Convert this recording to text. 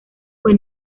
fue